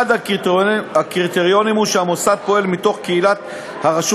אחד הקריטריונים הוא שהמוסד פועל בתוך קהילת הרשות